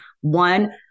one